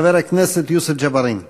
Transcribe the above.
חבר הכנסת יוסף ג'בארין.